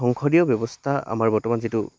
সংসদীয় ব্যৱস্থা আমাৰ বৰ্তমান যিটো